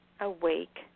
awake